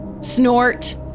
snort